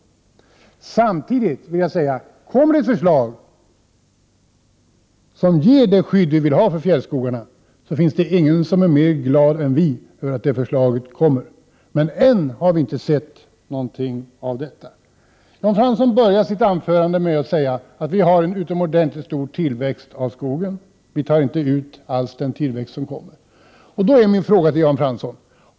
Kommer det ett förslag som ger det skydd som behövs för de fjällnära skogarna, är det ingen som kommer att vara mera glad än vi i folkpartiet. Men än har vi inte sett något av detta. Jan Fransson inleder sitt anförande med att säga att vi har en utomordentligt stor tillväxt av skogen. Vi utnyttjar inte den tillväxt som sker.